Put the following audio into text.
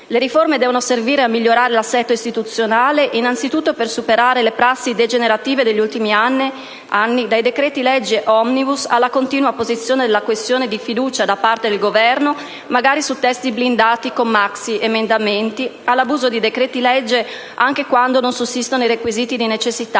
Le riforme devono servire a migliorare l'assetto istituzionale, innanzitutto per superare le prassi degenerative degli ultimi anni: dai decreti-legge *omnibus* alla continua apposizione della questione di fiducia da parte del Governo (magari su testi blindati con maxiemendamenti), all'abuso di decreti-legge anche quando non sussistono i requisiti di necessità